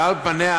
ועל פניה